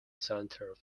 center